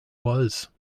was